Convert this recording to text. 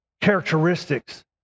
characteristics